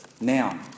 now